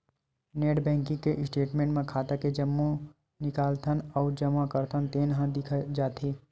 net banking के statement म खाता के जम्मो निकालथन अउ जमा करथन तेन ह दिख जाथे